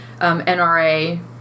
NRA